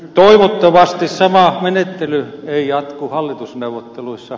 toivottavasti sama menettely ei jatku hallitusneuvotteluissa